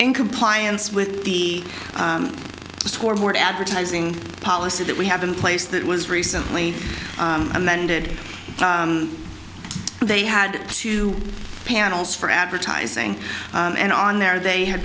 in compliance with the scoreboard advertising policy that we have in place that was recently amended they had two panels for advertising and on there they had